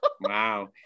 Wow